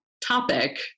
topic